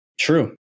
True